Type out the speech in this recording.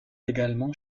également